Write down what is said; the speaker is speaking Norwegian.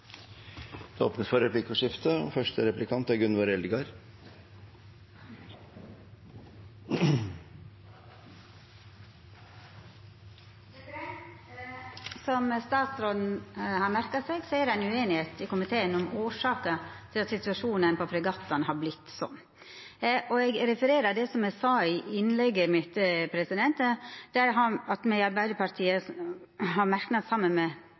Det blir replikkordskifte. Som statsråden har merka seg, er det ueinigheit i komiteen om årsaka til at situasjonen på fregattane har vorte slik. Eg refererer det eg sa i innlegget mitt, at me i Arbeidarpartiet har ein merknad saman med